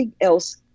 else